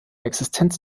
existenz